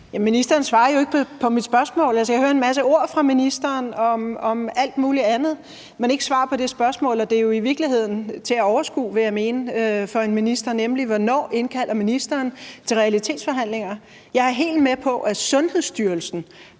Ministeren svarer jo ikke på mit spørgsmål. Altså, jeg hører en masse ord fra ministeren om alt muligt andet, men ikke et svar på spørgsmålet. Det er jo i virkeligheden til at overskue for en minister, vil jeg mene. Hvornår indkalder ministeren til realitetsforhandlinger? Jeg er helt med på, at Sundhedsstyrelsen